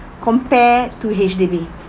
compared to H_D_B